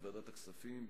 בוועדת הכספים,